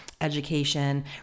education